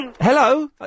Hello